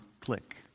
Click